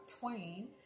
Twain